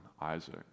Isaac